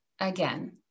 again